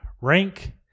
rank